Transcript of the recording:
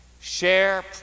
Share